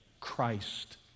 Christ